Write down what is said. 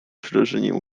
przerażeniem